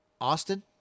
Austin